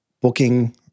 booking